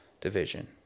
division